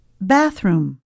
Bathroom